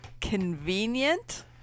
convenient